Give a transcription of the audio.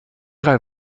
drei